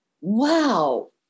Wow